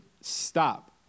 Stop